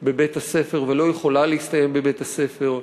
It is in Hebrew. בבית-הספר ולא יכולה להסתיים בבית-הספר.